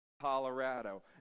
Colorado